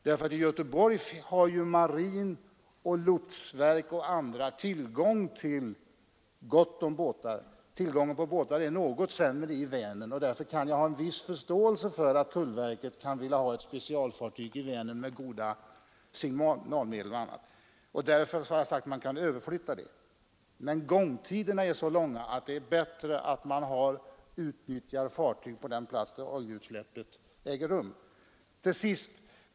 Där har ju marinen, lotsverket och andra god tillgång på båtar, medan det är något sämre ställt i Vänern. Jag kan ha viss förståelse för att tullverket vill ha ett speciellt fartyg i Vänern med goda signalmedel osv., och därför har jag sagt att man kan överflytta ett sådant från Göteborg. Gångtiderna är emellertid så långa även i Vänern att det som regel är bättre att utnyttja fartyg på den plats där oljeutsläppet äger rum.